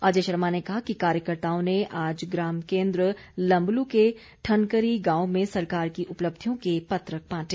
अजय शर्मा ने कहा कि कार्यकर्ताओं ने आज ग्राम केन्द्र लंबलू के ठनकरी गांव में सरकार की उपलब्धियों के पत्रक बांटे